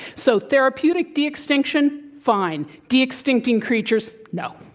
so, therapeutic de-extinction, fine. de-extincting creatures no.